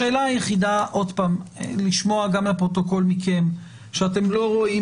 השאלה היחידה ואני רוצה לשמוע גם לפרוטוקול מכם שאתם לא רואים